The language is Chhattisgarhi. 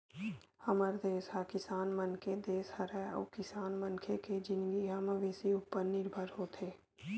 हमर देस ह किसान मन के देस हरय अउ किसान मनखे के जिनगी ह मवेशी उपर निरभर होथे